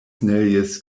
snellius